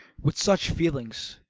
with such feelings,